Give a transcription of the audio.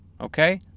okay